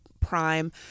Prime